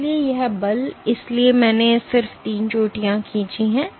इसलिए यह बल इसलिए मैंने सिर्फ तीन चोटियां खींची हैं